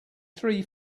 three